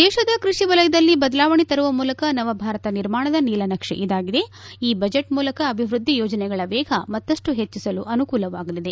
ದೇಶದ ಕ್ಚಷಿ ವಲಯದಲ್ಲಿ ಬದಲಾವಣೆ ತರುವ ಮೂಲಕ ನವಭಾರತ ನಿರ್ಮಾಣದ ನೀಲನಕ್ಷೆ ಇದಾಗಿದೆ ಈ ಬಜೆಟ್ ಮೂಲಕ ಅಭಿವೃದ್ದಿ ಯೋಜನೆಗಳ ವೇಗ ಮತ್ತಷ್ಟು ಹೆಚ್ಚಿಸಲು ಅನುಕೂಲವಾಗಲಿದೆ